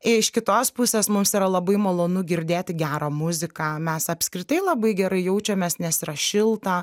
iš kitos pusės mums yra labai malonu girdėti gerą muziką mes apskritai labai gerai jaučiamės nes yra šilta